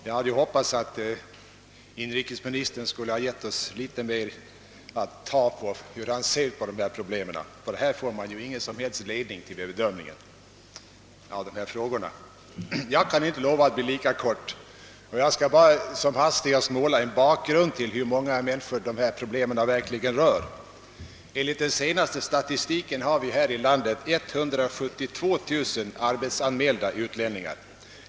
Jag hade hoppats att inrikesministern skulle ha givit oss något mera att ta på när det gäller hans syn på dessa problem. Av hans svar får man ingen som helst ledning för bedömningen av dessa frågor. Jag kan inte lova att bli lika kort och skall som hastigast ge en bakgrund till hur många människor dessa problem verkligen berör. Enligt den senaste statistiken har vi i vårt land 172 000 arbetsanmälda utlänningar.